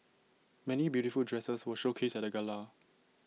many beautiful dresses were showcased at the gala